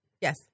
Yes